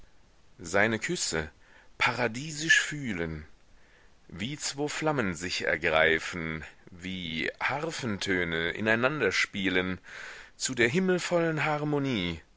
seine küsse paradiesisch fühlen wie zwo flammen sich ergreifen wie harfentöne in einander spielen zu der himmelvollen harmonie stürzten